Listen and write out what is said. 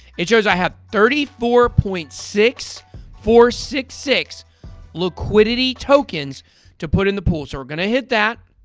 it shows i have thirty four point six four six six liquidity tokens to put in the pool, so we're gonna hit that.